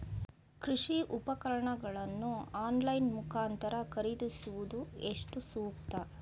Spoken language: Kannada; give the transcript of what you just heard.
ಕೃಷಿ ಉಪಕರಣಗಳನ್ನು ಆನ್ಲೈನ್ ಮುಖಾಂತರ ಖರೀದಿಸುವುದು ಎಷ್ಟು ಸೂಕ್ತ?